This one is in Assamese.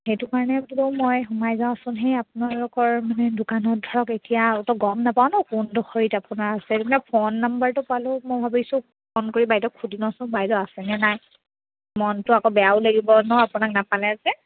সেইটো কাৰণে বোলো মই সোমাই যাওঁচোন সেই আপোনালোকৰ মানে দোকানত ধৰক এতিয়া আৰুতো গম নাপাওঁ নহ্ কোনডোখৰত আপোনাৰ আছে ফোন নাম্বাৰটো পালো মই ভাবিছোঁ ফোন কৰি বাইদেউক সুধি লওচোন বাইদেউ আছেনে নাই মনটো আকৌ বেয়াও লাগিব নহ্ আপোনাক নাপালে যে